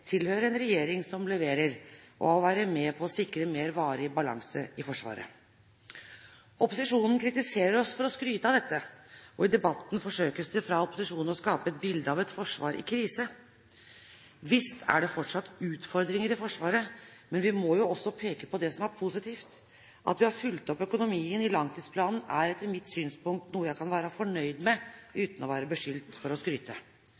være med på å sikre mer varig balanse i Forsvaret. Opposisjonen kritiserer oss for å skryte av dette, og i debatten forsøkes det fra opposisjonen å skape et bilde av et forsvar i krise. Ja visst er det fortsatt utfordringer i Forsvaret, men vi må også peke på det som er positivt. At vi har fulgt opp økonomien i langtidsplanen, er etter mitt synspunkt noe jeg kan være fornøyd med, uten å bli beskyldt for å skryte.